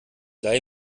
leihe